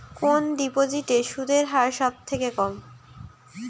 কোন ডিপোজিটে সুদের হার সবথেকে কম?